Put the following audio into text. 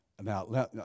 Now